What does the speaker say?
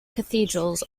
cathedrals